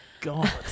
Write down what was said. God